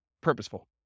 purposeful